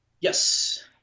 Yes